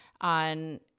on